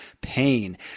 pain